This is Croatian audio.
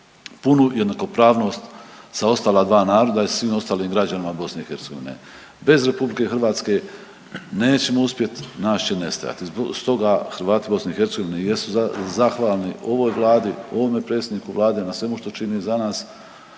punu jednakopravnost sa ostala dva naroda i svim ostalim građanima BiH, bez RH nećemo uspjet, nas će nestajati. Stoga Hrvati BiH jesu zahvalni ovoj vladi, ovome predsjedniku vlade na svemu što čini za nas.